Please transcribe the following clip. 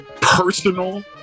personal